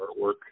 artwork